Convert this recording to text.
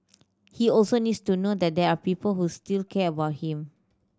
he also needs to know that there are people who still care about him